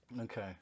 Okay